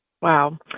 Wow